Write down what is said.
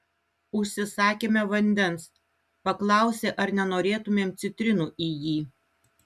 užsisakėme vandens paklausė ar nenorėtumėm citrinų į jį